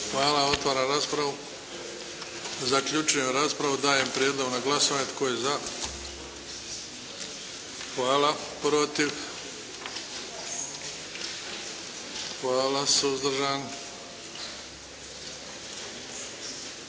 Hvala. Otvaram raspravu. Zaključujem raspravu. Dajem prijedlog na glasovanje. Tko je za? Hvala. Protiv? Nema. Hvala. Suzdržan?